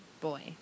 boy